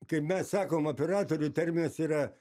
kaip mes sakom operatorių terminas yra